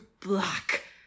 black